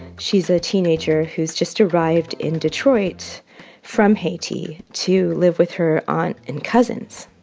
she's a teenager who's just arrived in detroit from haiti to live with her aunt and cousins.